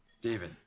David